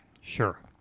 Sure